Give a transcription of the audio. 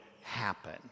happen